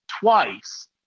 twice